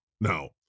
Now